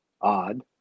odd